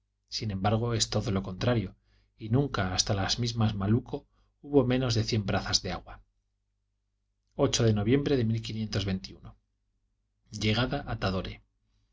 sin embargo es todo lo contrario y nunca hasta las mismas malucco hubo menos de cien brazas de agua de noviembre de llegada a tadore